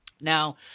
Now